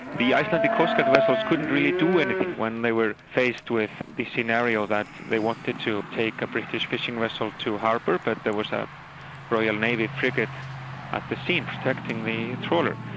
the icelandic coastguard vessels couldn't really do anything when they were faced with the scenario that they wanted to take a british fishing vessel to harbour, but there was a royal navy frigate at the scene, protecting the trawler.